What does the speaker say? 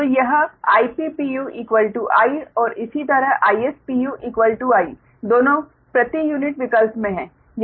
तो यह Ip puI और इसी तरह Is puI दोनों प्रति यूनिट विकल्प में हैं